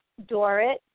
Dorit